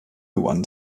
one